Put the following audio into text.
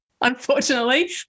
unfortunately